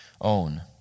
own